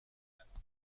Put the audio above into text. است